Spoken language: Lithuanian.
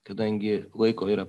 kadangi laiko yra